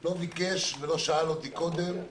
לא שאל אותי אם